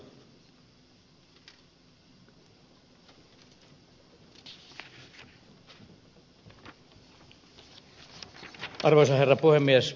arvoisa herra puhemies